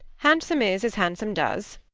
handsome is as handsome does,